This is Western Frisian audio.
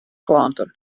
klanten